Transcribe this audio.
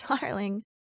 Darling